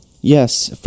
Yes